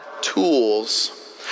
tools